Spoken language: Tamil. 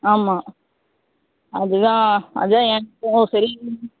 ஆமாம் அது தான் அதான் எனக்கும் சரி